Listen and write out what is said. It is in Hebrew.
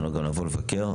אנחנו גם נבוא לבקר.